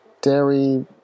dairy